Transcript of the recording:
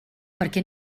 perquè